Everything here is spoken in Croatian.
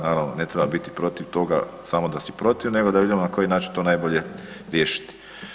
Naravno ne treba biti protiv toga samo da si protiv nego da vidimo na koji način to najbolje riješiti.